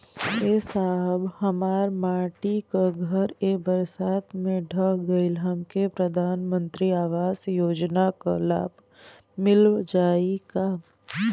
ए साहब हमार माटी क घर ए बरसात मे ढह गईल हमके प्रधानमंत्री आवास योजना क लाभ मिल जाई का?